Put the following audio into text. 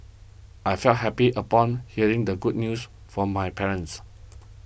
I felt happy upon hearing the good news from my parents